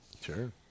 Sure